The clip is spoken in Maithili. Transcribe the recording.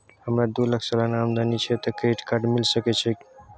हमरा दू लाख सालाना आमदनी छै त क्रेडिट कार्ड मिल सके छै?